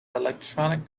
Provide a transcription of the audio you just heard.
electronic